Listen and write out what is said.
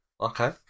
Okay